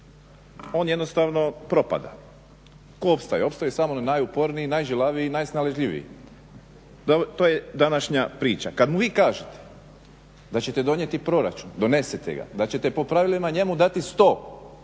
on jednostavno propada. Tko opstaje? Opstaju samo najuporniji, najžilaviji i najsnalaživiji. To je današnja priča. Kada mu vi kažete da ćete donijeti proračun, donesete ga, da ćete po pravilima njemu dati 100,